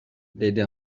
деди